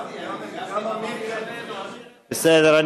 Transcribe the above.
בסדר,